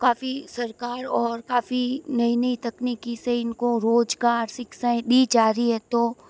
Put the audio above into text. काफ़ी सरकार और काफ़ी नई नई तकनीकों से इन को रोज़गार शिक्षा दी जा रही है तो